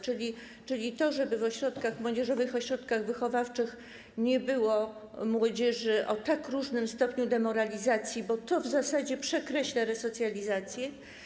Chodzi o to, żeby w młodzieżowych ośrodkach wychowawczych nie było młodzieży o tak różnych stopniach demoralizacji, bo to w zasadzie przekreśla resocjalizację.